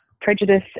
prejudice